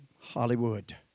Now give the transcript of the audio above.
Hollywood